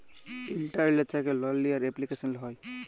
ইলটারলেট্ থ্যাকে লল লিয়ার এপলিকেশল হ্যয়